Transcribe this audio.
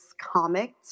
comic